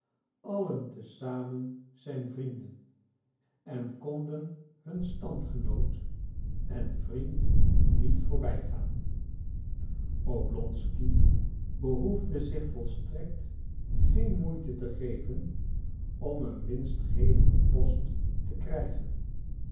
allen te samen zijn vrienden en konden hun standgenoot en vriend niet voorbijgaan oblonsky behoefde zich volstrekt geen moeite te geven om een winstgevende post te krijgen